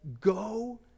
go